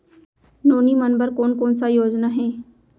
नोनी मन बर कोन कोन स योजना हे?